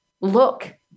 look